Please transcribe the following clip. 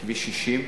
כביש 60,